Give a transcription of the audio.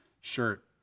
shirt